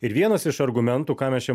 ir vienas iš argumentų ką mes čia